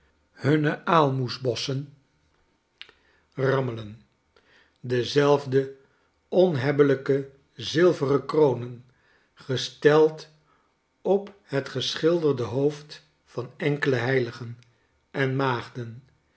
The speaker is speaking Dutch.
hunne aalmoesbossen rammelen dezelfde onhebbelijkezilveren kronen gesteld op het geschilderde hoofd van enkele heiligen en maagden